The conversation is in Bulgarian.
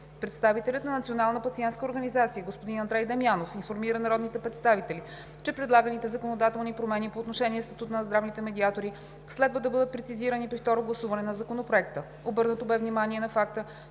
организация господин Андрей Дамянов информира народните представители, че предлаганите законодателни промени по отношение статута на здравните медиатори следва да бъдат прецизирани при второ гласуване на Законопроекта. Обърнато бе внимание на факта,